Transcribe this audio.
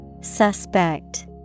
Suspect